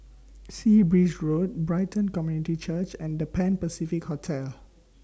Sea Breeze Road Brighton Community Church and The Pan Pacific Hotel